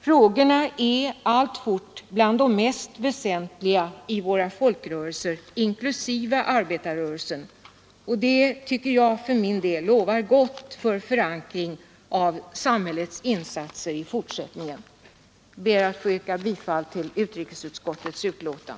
Frågorna är alltfort bland de mest väsentliga i våra folkrörelser inklusive arbetarrörelsen. Det tycker jag för min del lovar gott för förankringen av samhällets insatser i fortsättningen. Jag ber att få yrka bifall till utrikesutskottets hemställan.